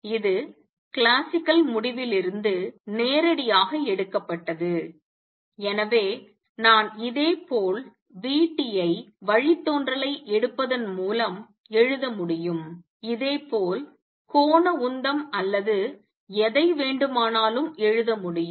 இது கிளாசிக்கல் முடிவிலிருந்து நேரடியாக எடுக்கப்பட்டது எனவே நான் இதேபோல் vt ஐ வழித்தோன்றலை எடுப்பதன் மூலம் எழுத முடியும் இதேபோல் கோண உந்தம் அல்லது எதை வேண்டுமானாலும் எழுத முடியும்